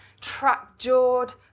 trap-jawed